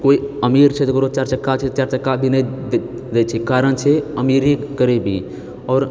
कोइ अमीर छै तऽ ककरो चारि चक्का छै चारि चक्का भी नहि दए छै कारण छै अमीरी गरीबी आओर